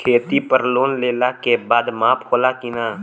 खेती पर लोन लेला के बाद माफ़ होला की ना?